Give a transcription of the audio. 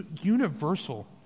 universal